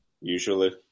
Usually